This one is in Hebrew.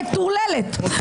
המטורללת,